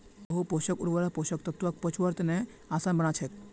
बहु पोषक उर्वरक पोषक तत्वक पचव्वार तने आसान बना छेक